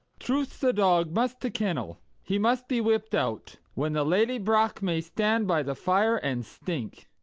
truth's a dog must to kennel he must be whipped out, when the lady brach may stand by the fire and stink.